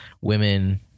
women